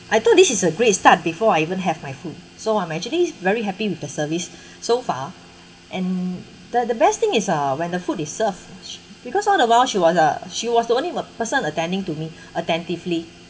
I thought this is a great start before I even have my food so I'm actually very happy with the service so far and the the best thing is uh when the food is served she because all the while she was a she was the only person attending to me attentively